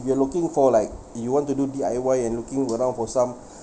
you are looking for like you want to do D_I_Y and looking around for some